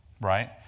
Right